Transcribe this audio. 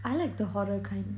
I like the horror kind